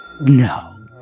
no